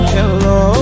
Hello